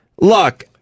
Look